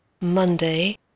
Monday